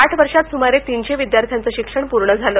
आठ वर्षांत सुमारे तीनशे विद्यार्थ्यांचं शिक्षण पूर्ण झालं